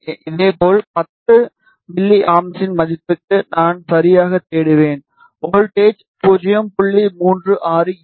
இதேபோல் 10 எம்எ இன் மதிப்புக்கு நான் சரியாக தேடுவேன் வோல்ட்டேஜ் 0